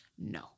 No